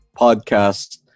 podcast